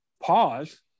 pause